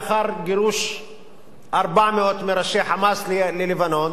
לאחר גירוש 400 מראשי "חמאס" ללבנון,